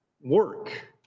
work